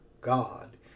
God